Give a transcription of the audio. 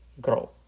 grow